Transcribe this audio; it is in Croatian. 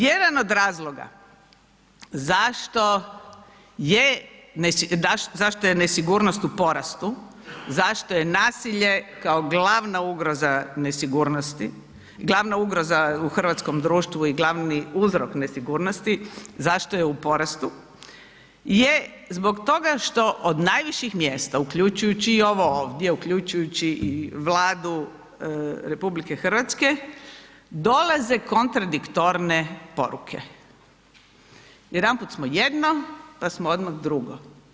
Jedan od razloga zašto je nesigurnost u porast, zašto je nasilje kao glavna ugroza nesigurnosti, glavna ugroza u hrvatskom društvu i glavni uzrok nesigurnosti zašto je u porastu je zbog toga što od najviših mjesta uključujući i ovo ovdje, uključujući i Vladu RH dolaze kontradiktorne poruke, jedanput smo jedno, pa smo odmah drugo.